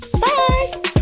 Bye